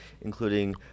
including